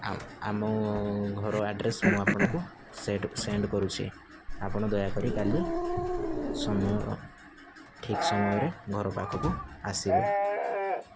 ଆମ ଘର ଆଡ୍ରେସ୍ ମୁଁ ଆପଣଙ୍କୁ ସେଣ୍ଡ କରୁଛି ଆପଣ ଦୟାକରି କାଲି ସମୟ ଠିକ୍ ସମୟରେ ଘର ପାଖକୁ ଆସିବେ